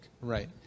Right